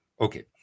Okay